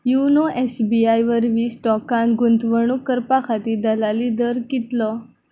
Uno S B I वरवीं स्टॉकांत गुंतवणूक करपा खातीर दलाली दर कितलो